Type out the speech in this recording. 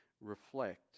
reflect